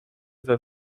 veut